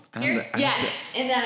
Yes